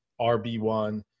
RB1